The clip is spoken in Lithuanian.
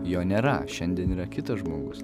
jo nėra šiandien yra kitas žmogus